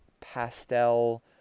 pastel